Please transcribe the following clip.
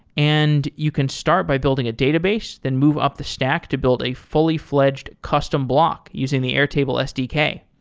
and you can start by building a database, then move up the stack to build a fully-fledged custom block using the airtable sdk.